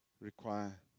require